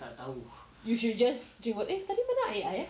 you should just do eh tadi mana air I eh